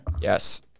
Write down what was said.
Yes